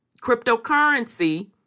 cryptocurrency